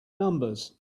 numbers